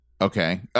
okay